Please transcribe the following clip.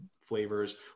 flavors